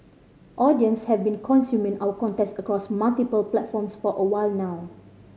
audience have been consuming our content across multiple platforms for a while now